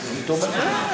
אני תומך.